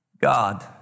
God